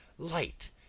light